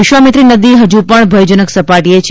વિશ્વામિત્રી નદી હજૂ પણ ભયજનક સપાટીએ છે